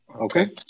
Okay